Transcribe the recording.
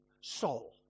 soul